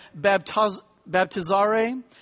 baptizare